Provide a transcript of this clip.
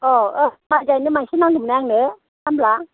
अह औ माइ गायनो मानसि नांगौमोन आंनो खामला